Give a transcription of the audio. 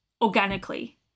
organically